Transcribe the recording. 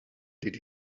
did